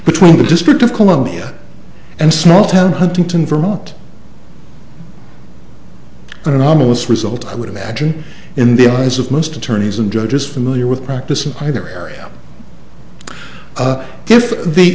between the district of columbia and small town huntington vermont and anomalous result i would imagine in the eyes of most attorneys and judges familiar with practice in either area if the